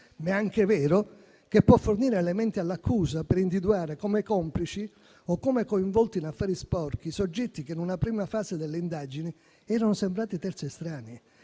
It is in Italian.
Ma è anche vero che può fornire elementi all'accusa per individuare come complici, o come coinvolti in affari sporchi, soggetti che in una prima fase delle indagini erano sembrati terzi estranei,